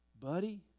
buddy